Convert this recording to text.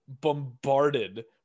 bombarded